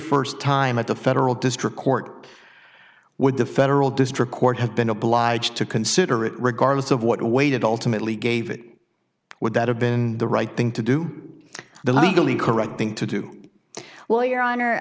very st time at the federal district court would the federal district court have been obliged to consider it regardless of what awaited ultimately gave it would that have been the right thing to do the legally correct thing to do well your honor